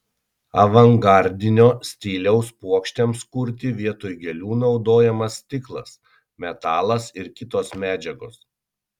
avangardinio stiliaus puokštėms kurti vietoj gėlių naudojamas stiklas metalas ir kitos medžiagos